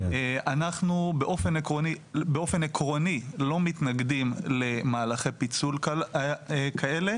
אנחנו באופן עקרוני לא מתנגדים למהלכי פיצול כאלו.